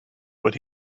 when